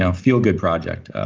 ah feel-good project.